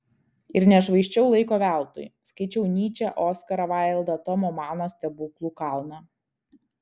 ir nešvaisčiau laiko veltui skaičiau nyčę oskarą vaildą tomo mano stebuklų kalną